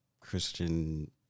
Christian